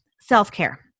self-care